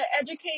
educate